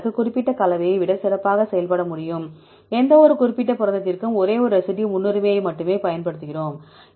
இந்த வழக்கு குறிப்பிட்ட கலவையை விட சிறப்பாக செயல்பட முடியும் எந்தவொரு குறிப்பிட்ட புரதத்திற்கும் ஒரே ஒரு ரெசிடியூ முன்னுரிமையை மட்டுமே பயன்படுத்துகிறோம்